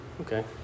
okay